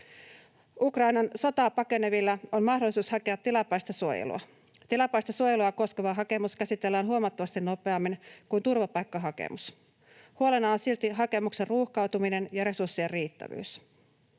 Ukrainan sotaa pakenevilla on mahdollisuus hakea tilapäistä suojelua. Tilapäistä suojelua koskeva hakemus käsitellään huomattavasti nopeammin kuin turvapaikkahakemus. Huolena on silti hakemuksien ruuhkautuminen ja resurssien riittävyys.